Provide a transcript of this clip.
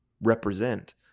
represent